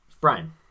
Brian